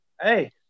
hey